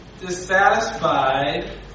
dissatisfied